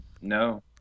No